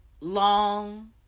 long